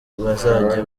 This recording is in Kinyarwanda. bazajya